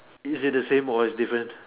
is it the same or is different